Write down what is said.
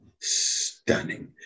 stunning